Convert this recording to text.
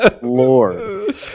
Lord